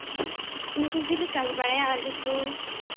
ᱤᱱᱟᱹ ᱠᱚᱜᱮᱞᱮ ᱪᱟᱥ ᱵᱟᱲᱟᱭᱟ ᱟᱹᱞᱩ ᱠᱚ